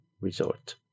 Resort